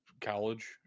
college